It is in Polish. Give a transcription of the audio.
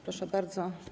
Proszę bardzo.